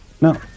No